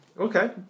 Okay